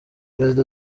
perezida